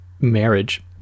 marriage